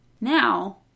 Now